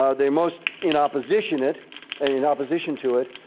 ah they're most in oppositionate, and in opposition to it,